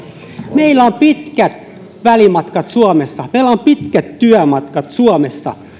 meillä on pitkät välimatkat suomessa meillä on pitkät työmatkat suomessa